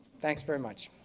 thanks very much.